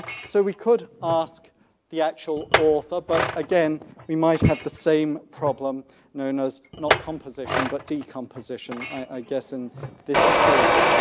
so we could ask the actual author but again we might have the same problem known as not composition but decomposition, i guess, in this case.